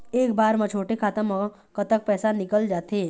एक बार म छोटे खाता म कतक पैसा निकल जाथे?